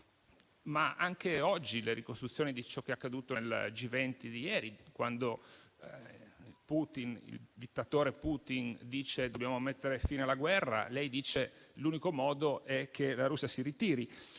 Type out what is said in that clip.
rispetto alle ricostruzioni di ciò che è accaduto nel vertice G20 di ieri, quando il Putin, il dittatore Putin, dice che dobbiamo mettere fine alla guerra, lei dice che l'unico modo è che la Russia si ritiri.